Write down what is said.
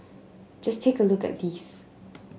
just take a look at these